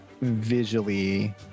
visually